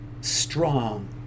strong